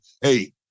Hey